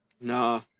Nah